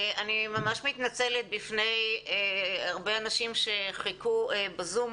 אני ממש מתנצלת בפני הרבה אנשים שחיכו בזום,